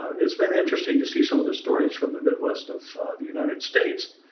it's been interesting to see some of the stories from the midwest of the united states.